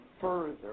further